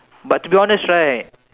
but to be honest right